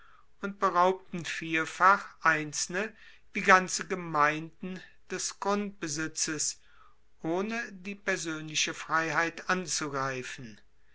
und beraubten vielfach einzelne wie ganze gemeinden des grundbesitzes ohne die persoenliche freiheit anzugreifen